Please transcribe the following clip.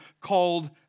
called